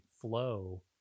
flow